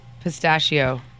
pistachio